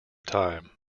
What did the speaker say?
time